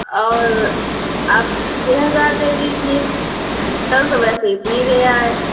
اور آپ چھ ہزار دے دیجیے چل تو ویسے اتنا ہی رہا ہے